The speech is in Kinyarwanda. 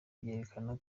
byerekana